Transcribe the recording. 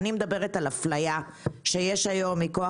אני מדברת על אפליה שיש היום מכוח